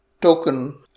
token